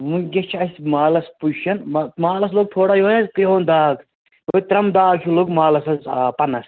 وٕنۍکٮ۪س چھِ اَسہِ مالَس پُشَن مالَس لوٚگ تھوڑا یُہوٚے حظ کِرٛہُن داگ داگ ہیوٗ لوٚگ مالَس حظ آ پنَس